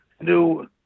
new